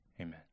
Amen